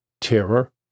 terror